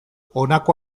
honako